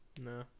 No